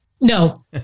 No